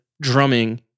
drumming